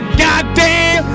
goddamn